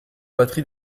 batterie